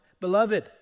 Beloved